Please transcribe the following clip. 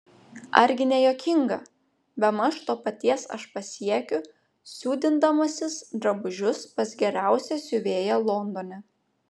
argi ne juokinga bemaž to paties aš pasiekiu siūdindamasis drabužius pas geriausią siuvėją londone